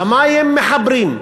למים מחברים.